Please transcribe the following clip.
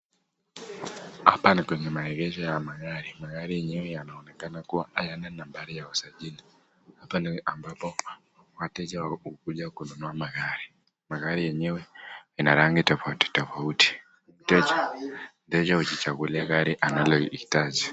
Hapa ni kwenye maegesho ya magari. Magari yenyewe yanaonekana hayana nambari ya usajili hapa ni ambapo wateja hukuja kununua magari. Magari yenyewe ina rangi tofauti tofauti, mteja hujichagulia gari analohitaji.